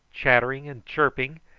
chattering, and chirping,